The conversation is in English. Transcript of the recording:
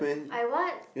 I want